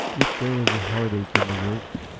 if there was a heartache in the work,